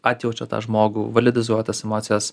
atjaučia tą žmogų validizuoja tas emocijas